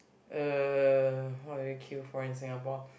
uh what do you queue for in Singapore